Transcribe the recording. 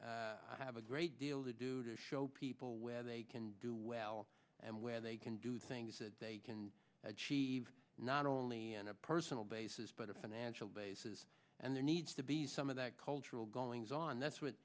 have a great deal to do to show people where they can do well and where they can do things that they can achieve not only on a personal basis but a financial basis and there needs to be some of that cultural goings on that's what